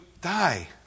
die